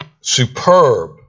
superb